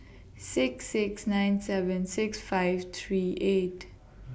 six six nine seven six five three eight